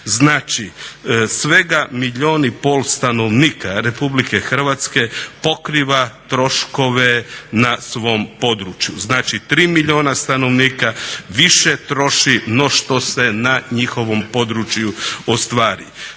Znači svega milijun i pol stanovnika RH pokriva troškove na svom području. Znači tri milijuna stanovnika više troši no što se na njihovom području ostvari.